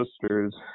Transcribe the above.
sisters